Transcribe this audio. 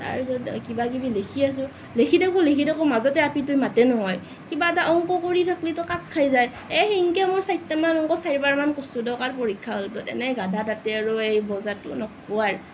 তাৰপিছত কিবা কিবি লিখি আছোঁ লিখি থাকোঁ লিখি থাকোঁ মাজতে আপীটোৱে মাতে নহয় কিবা এটা অংক কৰি থাকিবি তই কাট খাই যায় এই সেনেকৈ মোৰ চাৰিটামান অংক চাৰিবাৰমান কৰিছোঁ দিয়ক আৰু পৰীক্ষা হলত এনেই গাধা তাতেই আৰু এই নক'ব আৰু